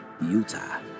Utah